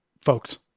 folks